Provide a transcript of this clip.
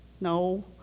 no